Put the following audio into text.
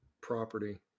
property